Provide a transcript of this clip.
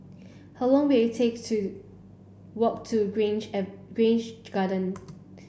how long will it take to walk to Grange Grange Garden